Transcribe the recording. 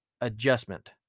adjustment